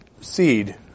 seed